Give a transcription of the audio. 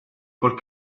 col